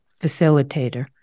facilitator